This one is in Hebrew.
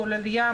כולל ים,